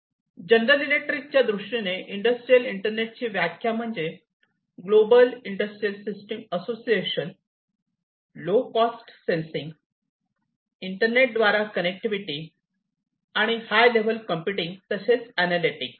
general electric च्या दृष्टीने industrial इंटरनेटची व्याख्या म्हणजे global industrial system association Association of the global industrial system low cost sensing internet द्वारा कनेक्टिविटी आणि हाय लेवल कम्प्युटिंग तसेच अॅनालॅटिक्स